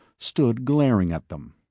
stood glaring at them.